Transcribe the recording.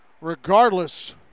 regardless